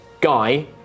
Guy